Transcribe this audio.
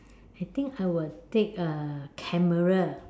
I think I would take uh camera